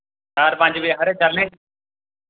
चार पंज होरै चलनें